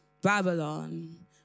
Babylon